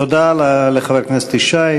תודה לחבר הכנסת ישי.